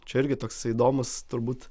čia irgi toks įdomus turbūt